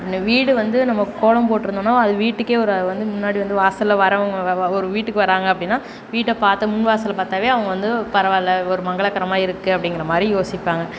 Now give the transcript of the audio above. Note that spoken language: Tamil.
வீடு வந்து நம்ம கோலம் போட்டிருந்தோன்னா அது வீட்டுக்கே ஒரு அழகு முன்னாடி வந்து வாசலில் வரவங்க ஒரு வீட்டுக்கு வராங்க அப்படின்னா வீட்டை பார்த்து முன்வாசலை பார்த்தாவே அவங்க வந்து பரவாயில்ல ஒரு மங்களகரமாக இருக்குது அப்படிங்கிற மாதிரி யோசிப்பாங்க